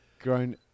grown